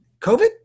covid